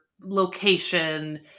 location